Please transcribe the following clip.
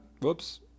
Whoops